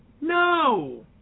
no